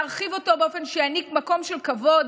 להרחיב אותו באופן שיעניק מקום של כבוד